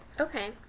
Okay